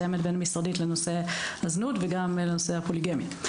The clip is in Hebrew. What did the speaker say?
מתאמת בין-משרדית לנושא הזנות וגם לנושא הפוליגמיה.